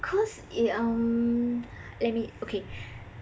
because eh um let me okay